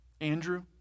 Andrew